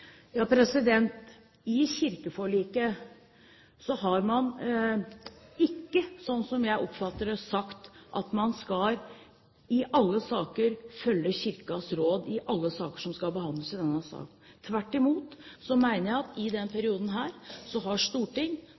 I kirkeforliket har man ikke, slik jeg oppfatter det, sagt at man skal følge Kirkens råd i alle saker som skal behandles i denne sal. Tvert imot mener jeg at i denne perioden har storting